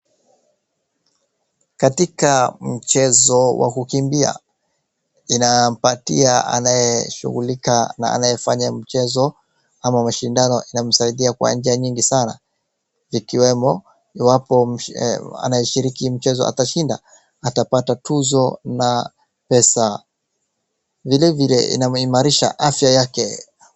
Katika mchezo wa kukimbia inampatia anayeshugulika na anayefanya mchezo ama mashindano inamsaidia kwa njia nyingi sana, ikiwemo iwapo anayeshiriki mchezo atashinda atapata tuzo na pesa vilevile inamuimarisha afya yake.